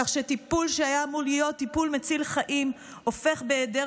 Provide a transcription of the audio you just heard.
כך שטיפול שהיה אמור להיות טיפול מציל חיים הופך בהיעדר